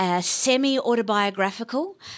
semi-autobiographical